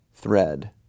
thread